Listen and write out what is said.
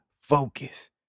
focus